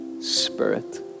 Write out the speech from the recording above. spirit